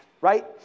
right